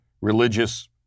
religious